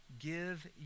give